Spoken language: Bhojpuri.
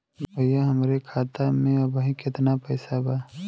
भईया हमरे खाता में अबहीं केतना पैसा बा?